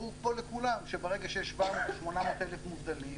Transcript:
ברור פה לכולם שברגע שיש 700,000 או 800,000 מובטלים,